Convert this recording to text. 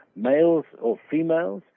males or females,